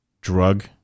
drug